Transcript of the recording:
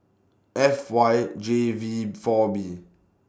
F Y J V four B